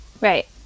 Right